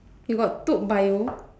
you got took bio